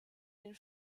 den